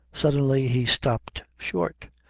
suddenly he stopped short,